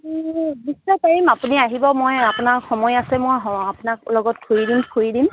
পাৰিম আপুনি আহিব মই আপোনাৰ সময় আছে মই আপোনাক লগত ঘূৰি দিম ফুৰি দিম